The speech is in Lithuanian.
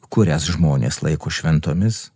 kurias žmonės laiko šventomis